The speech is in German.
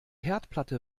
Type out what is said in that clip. herdplatte